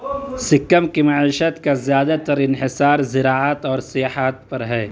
سکم کی معیشت کا زیادہ تر انحصار زراعت اور سیاحت پر ہے